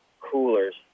coolers